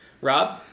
Rob